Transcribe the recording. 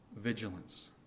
vigilance